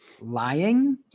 lying